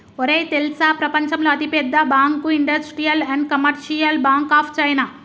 ఒరేయ్ తెల్సా ప్రపంచంలో అతి పెద్ద bank industrial and commercial bank of China